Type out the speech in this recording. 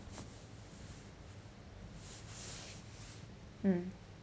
mm